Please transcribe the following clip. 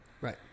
Right